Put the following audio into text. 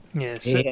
Yes